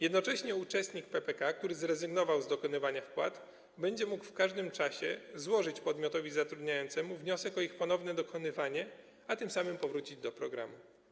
Jednocześnie uczestnik PPK, który zrezygnował z dokonywania wpłat, będzie mógł w każdym czasie złożyć podmiotowi zatrudniającemu wniosek o ich ponowne dokonywanie, a tym samym powrócić do programu.